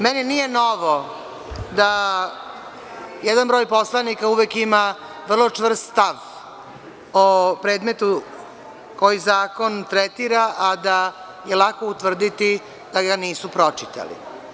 Meni nije novo da jedan broj poslanika uvek ima vrlo čvrst stav o predmetu koji zakon tretira, a da je lako utvrditi da ga nisu pročitali.